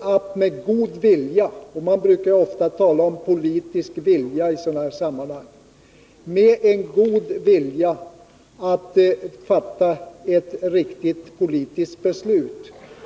att med god vilja — och man brukar ofta tala om politisk vilja i sådana här sammanhang — fatta ett riktigt politiskt beslut.